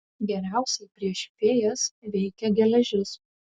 geriausiai prieš fėjas veikia geležis